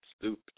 stupid